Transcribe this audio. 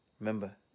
Remember